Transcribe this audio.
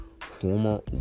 former